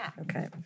Okay